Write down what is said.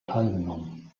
teilgenommen